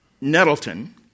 Nettleton